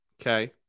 Okay